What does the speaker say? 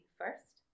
first